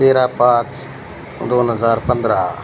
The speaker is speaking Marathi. तेरा पाच दोन हजार पंधरा